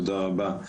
תודה רבה,